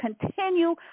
continue